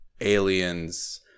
aliens